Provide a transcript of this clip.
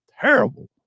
terrible